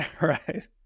right